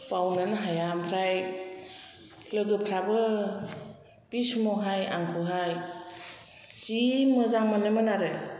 बावनोनो हाया आमफ्राय लोगोफ्राबो बि समावहाय आंखौहाय जि मोजां मोनोमोन आरो